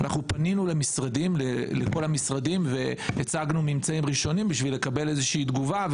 פנינו לכול המשרדים והצגנו ממצאים ראשונים בשביל לקבל איזושהי תגובה.